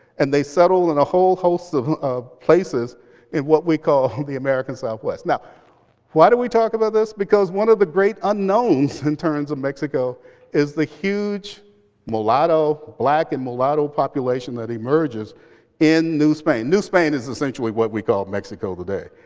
and they settle and a whole host of of places in what we call the american southwest. now why do we talk about this? because one of the great unknowns in terms of mexico is the huge mulatto, black and mulatto population that emerges in new spain. new spain is essentially what we call mexico today.